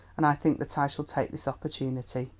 and i think that i shall take this opportunity.